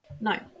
No